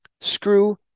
screw